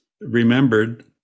remembered